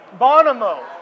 Bonomo